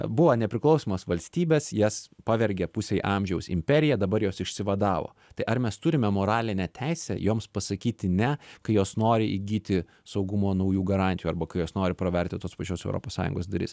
buvo nepriklausomos valstybės jas pavergė pusei amžiaus imperija dabar jos išsivadavo tai ar mes turime moralinę teisę joms pasakyti ne kai jos nori įgyti saugumo naujų garantijų arba kai jos nori praverti tos pačios europos sąjungos duris